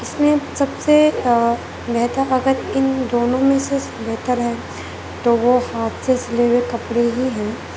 اس میں سب سے بہتر اگر ان دونوں میں سے بہتر ہیں تو وہ ہاتھ سے سلے ہوئے کپڑے ہی ہیں